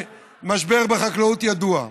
והמשבר בחקלאות ידוע.